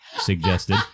suggested